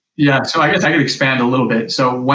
yeah, so, i guess i could expand a little bit. so,